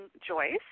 Joyce